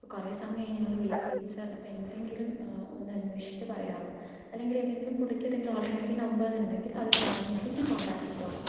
ഇപ്പം കുറെ സമയമായി ഞങ്ങള് വെയ്റ്റ് ചെയ്യുന്നു സര് അപ്പം എന്തെങ്കിലും ഒന്ന് അന്വേഷിച്ചിട്ട് പറയാവോ അല്ലെങ്കിലേതെങ്കിലും പുള്ളിക്കെതെങ്കിലും ഓള്ട്ട്രണേറ്റീവ് നമ്പേർസ് ഉണ്ടെങ്കിൽ അത് തന്നാലും മതി ഞാന് കോണ്ടാക്റ്റ് ചെയ്തോളം